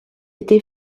été